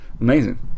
amazing